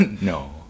No